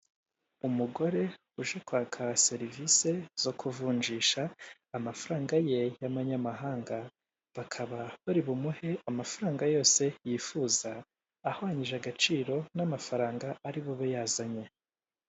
Umugore uje kwaka serivise zo kuvunjisha amafaranga ye y'amanyamahanga, bakaba bari bumuhe amafaranga yose yifuza ahwanyije agaciro n'amafaranga ari bube yazanye.